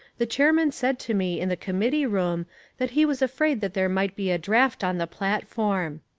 the chairman said to me in the committee room that he was afraid that there might be a draft on the platform.